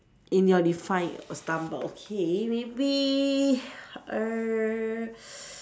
in your define of stumble okay maybe err s~